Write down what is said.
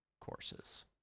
courses